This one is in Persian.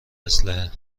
اسلحه